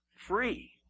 free